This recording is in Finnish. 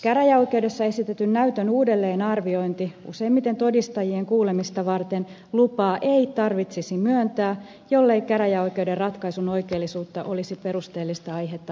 käräjäoi keudessa esitetyn näytön uudelleenarviointia useimmiten todistajien kuulemista varten lupaa ei tarvitsisi myöntää jollei käräjäoikeuden ratkaisun oikeellisuutta olisi perusteltua aihetta epäillä